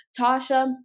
Tasha